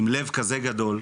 עם לב כזה גדול,